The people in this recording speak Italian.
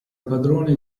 padrone